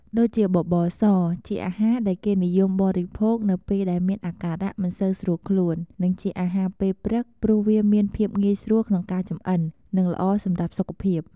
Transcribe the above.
ដូចជាបបរស ជាអាហារដែលគេនិយមបរិភោគនៅពេលដែលមានអាការៈមិនសូវស្រួលខ្លួន និងជាអាហារពេលព្រឹក ព្រោះវាមានភាពងាយស្រួលក្នុងការចំអិន និងល្អសម្រាប់សុខភាព។